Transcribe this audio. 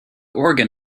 organ